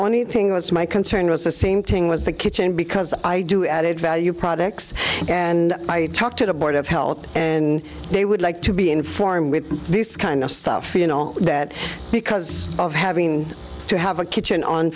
only thing that's my concern was the same thing was the kitchen because i do added value products and i talk to the board of health and they would like to be informed with this kind of stuff so you know that because of having to have a kitchen on